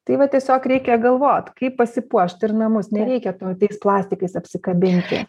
tai va tiesiog reikia galvot kaip pasipuošt ir namus nereikia to tais plastikais apsikabinti